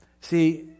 See